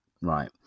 right